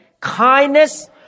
kindness